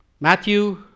Matthew